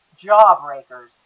Jawbreakers